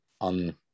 on